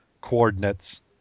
coordinates